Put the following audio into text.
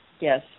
Yes